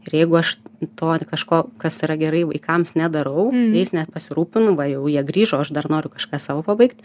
ir jeigu aš to vat kažko kas yra gerai vaikams nedarau jais nepasirūpinu va jau jie grįžo o aš dar noriu kažką savo pabaigt